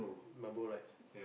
Marlboro lights